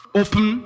open